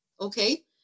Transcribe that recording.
Okay